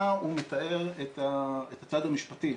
מתאר את הצד המשפטי